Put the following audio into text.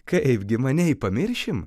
kaipgi manei pamiršim